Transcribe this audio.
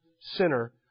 sinner